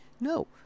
No